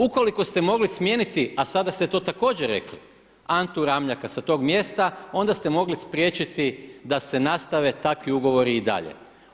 Ukoliko ste mogli smijeniti a sada ste to također rekli Antu Ramljaka sa tog mjesta onda ste mogli spriječiti da se nastave takvi ugovori i dalje.